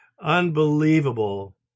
unbelievable